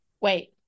wait